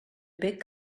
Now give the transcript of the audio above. big